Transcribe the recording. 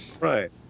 Right